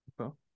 Okay